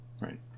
Right